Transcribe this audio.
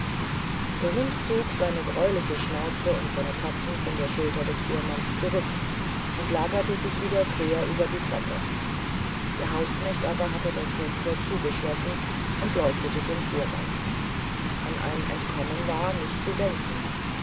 der hund zog seine greuliche schnauze und seine tatzen von der schulter des fuhrmanns zurück und lagerte sich wieder quer über die treppe der hausknecht aber hatte das hoftor zugeschlossen und leuchtete dem fuhrmann an ein entkommen war nicht zu denken